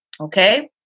Okay